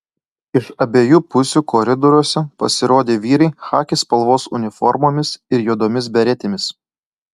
iš abiejų pusių koridoriuose pasirodė vyrai chaki spalvos uniformomis ir juodomis beretėmis